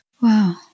Wow